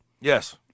Yes